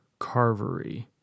Carvery